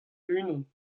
unan